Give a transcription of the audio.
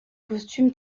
costume